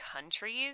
countries